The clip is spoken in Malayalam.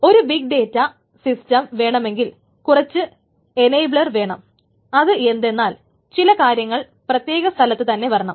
ഒരു ബിഗ് ഡേറ്റ സിസ്റ്റം വേണമെങ്കിൽ കുറച്ച് എനേബ്ലറുകൾ വേണം അത് എന്തെന്നാൽ ചില കാര്യങ്ങൾ പ്രത്യേക സ്ഥലത്ത് തന്നെ വരണം